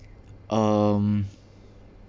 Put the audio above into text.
um